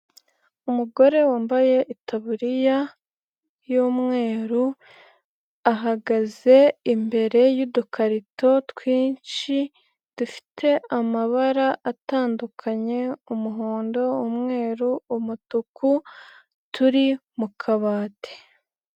Umugore wambaye itaburiya y'umweru, ahagaze imbere y'udukarito twinshi, dufite amabara atandukanye: umuhondo, umweru, umutuku, turi mu kabati.